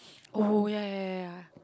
oh ya ya ya ya